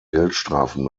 geldstrafen